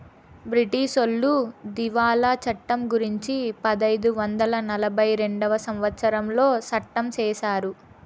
బ్రిటీసోళ్లు దివాళా చట్టం గురుంచి పదైదు వందల నలభై రెండవ సంవచ్చరంలో సట్టం చేశారు